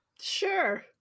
sure